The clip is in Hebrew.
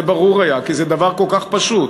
זה ברור היה, כי זה דבר כל כך פשוט.